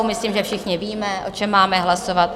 Myslím, že všichni víme, o čem máme hlasovat.